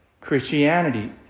Christianity